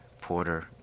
Porter